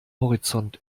horizont